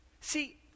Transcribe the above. See